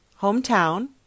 hometown